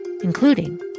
including